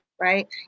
right